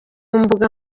mbuga